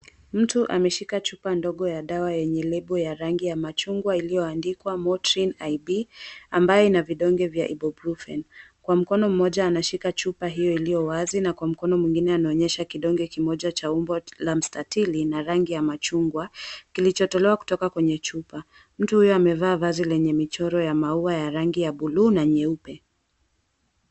Mtu ameshika chupa ndogo ya dawa yenye lebo ya rangi ya machungwa iliyoandikwa, Motrin IB, ambaye na vidonge vya Ibuprofen. Kwa mkono mmoja anashika chupa hiyo iliyo wazi na kwa mkono mwingine anaonyesha kidonge kimoja cha umbo la mstatili na rangi ya machungwa, kilichotolewa kutoka kwenye chupa. Mtu huyo amevaa vazi lenye michoro ya maua ya rangi ya buluu na nyeupe.